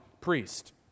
priest